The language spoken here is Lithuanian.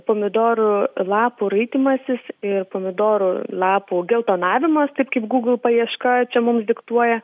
pomidorų lapų raitymasis ir pomidorų lapų geltonavimas taip kaip google paieška čia mums diktuoja